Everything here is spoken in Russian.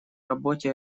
работе